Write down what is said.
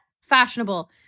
fashionable